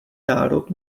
národ